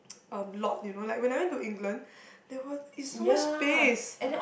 lot you know like when I went to England there were it's so much space